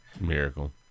miracle